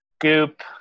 goop